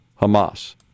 Hamas